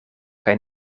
kaj